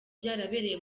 byabereye